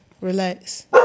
Relax